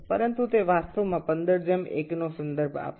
তবে এটি আসলে ১৫ ১ বোঝায়